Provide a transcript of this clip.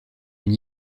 une